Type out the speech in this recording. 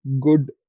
good